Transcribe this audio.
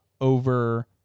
over